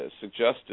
suggested